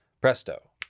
Presto